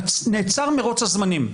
נעצר מרוץ הזמנים.